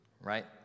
right